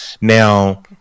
now